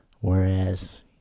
Whereas